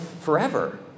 Forever